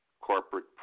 corporate